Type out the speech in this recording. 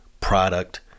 product